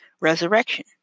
resurrection